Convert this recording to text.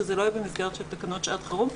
שזה לא יהיה במסגרת של תקנות שעת חירום.